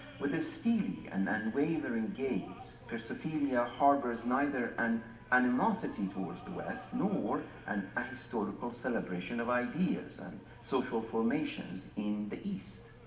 with esteem and waiver and gaze, persophilia harbors neither an animosity towards the west, nor an historical celebration of ideas and social formations in the east.